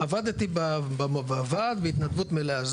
עבדתי בוועד בהתנדבות מלאה.